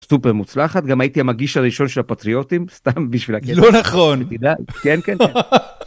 סופר מוצלחת גם הייתי המגיש הראשון של הפטריוטים, סתם בשביל להגיד, לא נכון. כן כן.